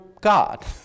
God